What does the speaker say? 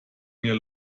mehr